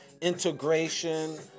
integration